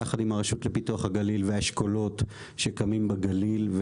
יחד עם הרשות לפיתוח הגליל והאשכולות שקמים בגליל,